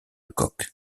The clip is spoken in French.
coque